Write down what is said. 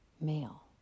male